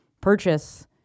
purchase